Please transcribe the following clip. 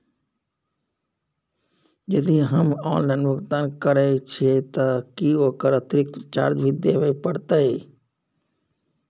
यदि हम ऑनलाइन भुगतान करे छिये त की ओकर अतिरिक्त चार्ज भी देबे परतै?